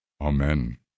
amen